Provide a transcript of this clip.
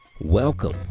welcome